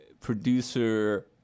Producer